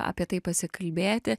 apie tai pasikalbėti